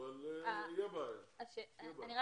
אני אומר